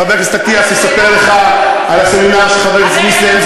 חבר הכנסת אטיאס יספר לך על הסמינר שחבר הכנסת נסים,